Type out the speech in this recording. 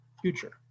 future